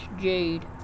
Jade